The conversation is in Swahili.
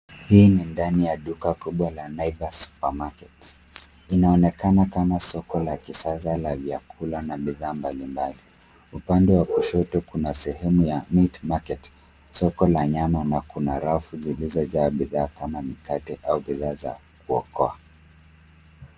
Hii ni ndani ya duka kubwa la Naivas supermarket , inaonekana kama soko la kisasa la vyakula na bidhaa mbali mbali, upande wa kushoto kuna sehemu ya Meat market soko la nyama na kuna rafu zilizojaa bidhaa kama mkate au bidha za kuokoa.